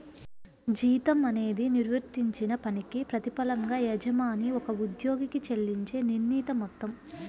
జీతం అనేది నిర్వర్తించిన పనికి ప్రతిఫలంగా యజమాని ఒక ఉద్యోగికి చెల్లించే నిర్ణీత మొత్తం